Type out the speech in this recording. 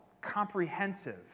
comprehensive